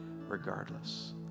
regardless